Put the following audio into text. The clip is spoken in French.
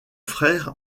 frère